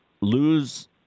lose